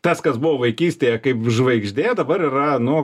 tas kas buvo vaikystėje kaip žvaigždė dabar yra nu